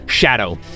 Shadow